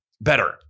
better